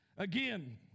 Again